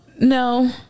No